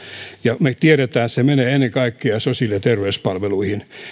ja me tiedämme että se menee ennen kaikkea sosiaali ja terveyspalveluihin